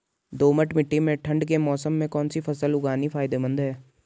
दोमट्ट मिट्टी में ठंड के मौसम में कौन सी फसल उगानी फायदेमंद है?